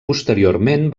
posteriorment